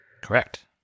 Correct